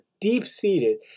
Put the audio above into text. deep-seated